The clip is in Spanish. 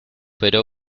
pero